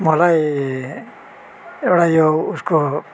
मलाई एउटा यो उसको